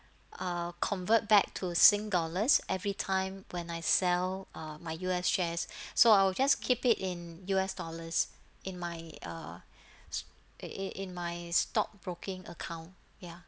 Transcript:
uh convert back to sing dollars everytime when I sell uh my U_S shares so I'll just keep it in U_S dollars in my uh s~ in in in my stockbroking account ya